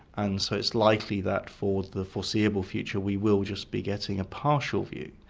and so it's likely that for the foreseeable future we will just be getting a partial view,